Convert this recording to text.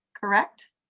correct